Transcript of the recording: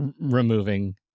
Removing